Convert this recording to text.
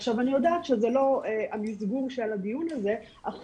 עכשיו אני יודעת שזה לא המסגור של הדיון, אך